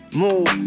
move